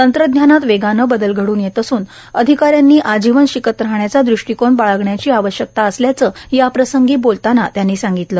तंत्रज्ञानात वेगानं बदल घडून येत असून अधिकाऱ्यांनी आजीवन शिकत राहण्याचा दृष्टीकोन बाळगण्याची आवश्यकता असल्याचं याप्रसंगी बोलताना त्यांनी सांगितलं